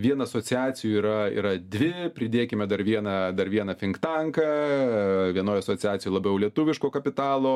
vien asociacijų yra yra dvi pridėkime dar vieną dar vieną finktanką vienoj asociacijoj labiau lietuviško kapitalo